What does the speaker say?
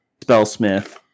Spellsmith